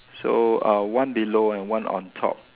so uh one below and one on top